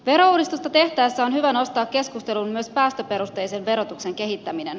verouudistusta tehtäessä on hyvä nostaa keskusteluun myös päästöperusteisen verotuksen kehittäminen